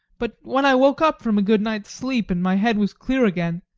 but when i woke up from a good night's sleep and my head was clear again,